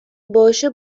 باشه